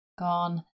gone